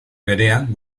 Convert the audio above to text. berean